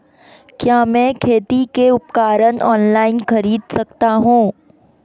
क्या मैं खेती के उपकरण ऑनलाइन खरीद सकता हूँ?